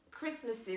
Christmases